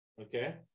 Okay